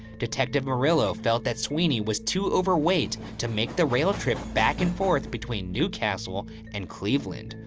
detective merylo felt that sweeney was too overweight to make the rail trip back and forth between new castle and cleveland.